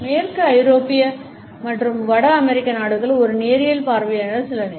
மேற்கு ஐரோப்பிய மற்றும் வட அமெரிக்க நாடுகள் ஒரு நேரியல் பார்வையாக சில நேரம்